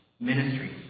ministry